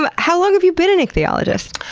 um how long have you been an ichthyologist?